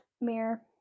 Mirror